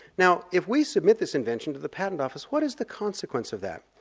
now if we submit this invention to the patent office what is the consequence of that?